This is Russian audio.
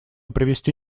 привести